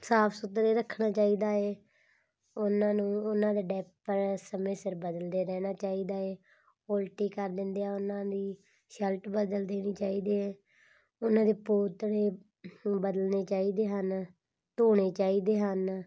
ਸਾਫ਼ ਸੁਥਰੇ ਰੱਖਣਾ ਚਾਹੀਦਾ ਹੈ ਉਹਨਾਂ ਨੂੰ ਉਹਨਾਂ ਦੇ ਡਾਈਪਰ ਸਮੇਂ ਸਿਰ ਬਦਲਦੇ ਰਹਿਣਾ ਚਾਹੀਦਾ ਹੈ ਉਲਟੀ ਕਰ ਦਿੰਦੇ ਆ ਉਹਨਾਂ ਦੀ ਸ਼ਲਟ ਬਦਲ ਦੇਣੀ ਚਾਹੀਦੀ ਹੈ ਉਹਨਾਂ ਦੇ ਪੋਤੜੇ ਬਦਲਣੇ ਚਾਹੀਦੇ ਹਨ ਧੋਣੇ ਚਾਹੀਦੇ ਹਨ